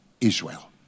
Israel